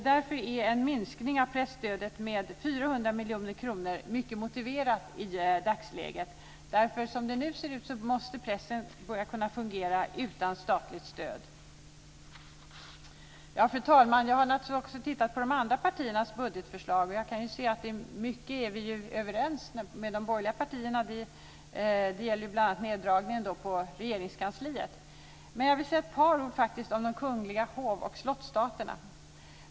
Därför är en minskning av presstödet med 400 miljoner kronor mycket motiverad i dagsläget. Som det nu ser ut så måste pressen börja kunna fungera utan statligt stöd. Fru talman! Jag har naturligtvis också tittat på de andra partiernas budgetförslag, och jag kan se att vi i mycket är överens med de andra borgerliga partierna. Det gäller bl.a. neddragningen av anslaget till Regeringskansliet. Jag vill också säga något om Kungliga hov och slottsstaten.